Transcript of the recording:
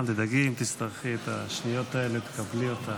אל תדאגי, אם תצטרכי את השניות האלה, תקבלי אותן.